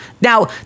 now